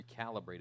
recalibrated